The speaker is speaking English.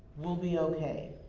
we'll be okay.